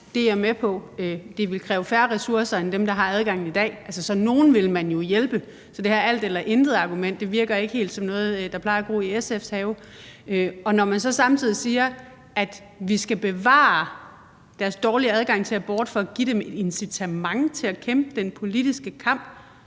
det er jeg med på. Det ville kræve færre ressourcer i forhold til dem, der har adgangen i dag, så nogle ville man jo hjælpe. Så det her alt eller intet-argument virker ikke helt som noget, der plejer at gro i SF's have. Og så siger man samtidig, at vi skal bevare deres dårlige adgang til abort for at give dem et incitament til at kæmpe den politiske kamp.